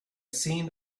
seen